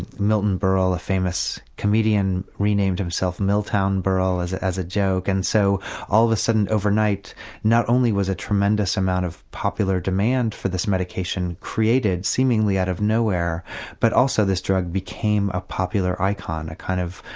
and milton berle the famous comedian renamed himself miltown berle as a as a joke and so all of a sudden overnight not only was there a tremendous amount of popular demand for this medication created seemingly out of nowhere but also this drug became a popular icon. a kind of,